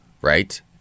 right